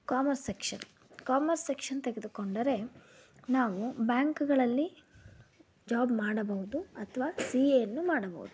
commerce section commerce section ತೆಗೆದುಕೊಂಡರೆ ನಾವು ಬ್ಯಾಂಕ್ಗಳಲ್ಲಿ ಜಾಬ್ ಮಾಡಬಹುದು ಅಥವಾ ಸಿ ಎಯನ್ನು ಮಾಡಬಹುದು